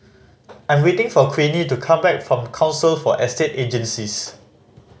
I'm waiting for Queenie to come back from Council for Estate Agencies